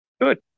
Good